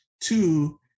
Two